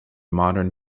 modern